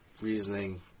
reasoning